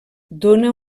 dóna